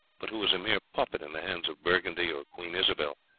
but who was a mere puppet in the hands of burgundy or queen isobel,